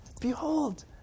Behold